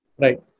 Right